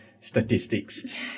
Statistics